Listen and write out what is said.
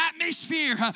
atmosphere